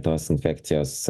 tos infekcijos